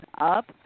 up